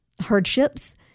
hardships